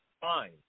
Fine